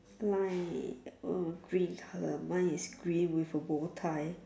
line uh green color mine is grey with a bow tie